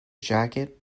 jacket